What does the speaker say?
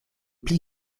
pli